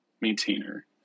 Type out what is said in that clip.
maintainer